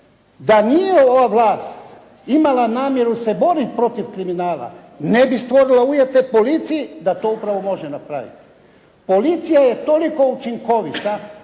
da nije ova vlast imala namjeru se boriti protiv kriminala, ne bi stvorila uvjete policiji da to upravo može napraviti. Policija je toliko učinkovita